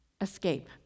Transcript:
escape